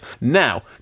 Now